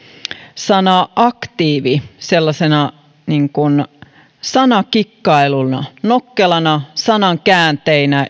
sanaa aktiivi sellaisena sanakikkailuna nokkelana sanankäänteenä